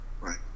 Right